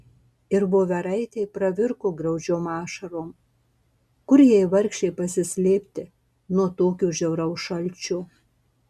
ir voveraitė pravirko graudžiom ašarom kur jai vargšei pasislėpti nuo tokio žiauraus šalčio